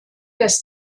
des